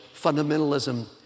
fundamentalism